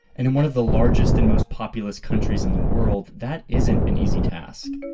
and in one of the largest and most populous countries in the world, that isn't an easy task.